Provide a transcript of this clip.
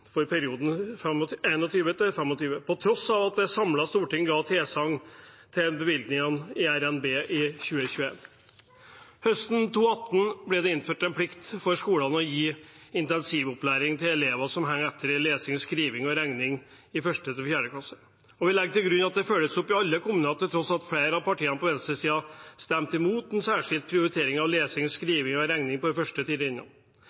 for perioden 2021–2025. Dette skjer på tross av at et samlet storting ga tilsagn til denne bevilgningen i RNB i 2021. Høsten 2018 ble det innført en plikt for skolene til å gi intensivopplæring til elever som henger etter i lesing, skriving og regning i 1.–4. klasse. Vi legger til grunn at det følges opp i alle kommuner, til tross for at flere av partiene på venstresiden stemte imot en særskilt prioritering av lesing, skriving og